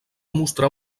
mostrar